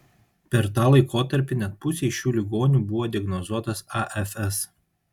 per tą laikotarpį net pusei šių ligonių buvo diagnozuotas afs